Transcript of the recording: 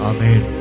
Amen